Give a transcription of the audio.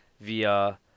via